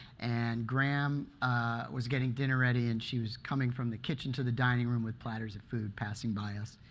and gram was getting dinner ready. and she was coming from the kitchen to the dining room with platters of food, passing by us.